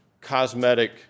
cosmetic